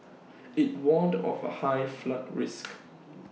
IT warned of A high flood risk